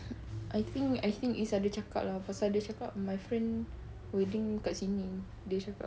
I think I think izz ada cakap lah pasal dia cakap my friend wedding dekat sini dia cakap